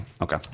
Okay